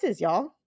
y'all